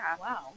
wow